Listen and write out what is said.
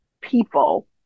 people